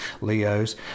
Leos